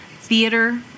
theater